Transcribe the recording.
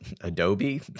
Adobe